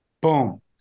Boom